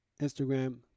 instagram